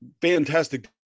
fantastic